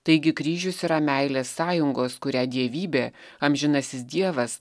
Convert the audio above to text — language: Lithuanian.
taigi kryžius yra meilės sąjungos kurią dievybė amžinasis dievas